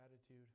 attitude